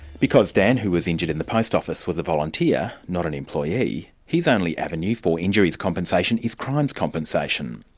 because dan, who was injured in the post office, was a volunteer, not an employee, his only avenue for injuries compensation is crimes compensation.